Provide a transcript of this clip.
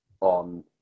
On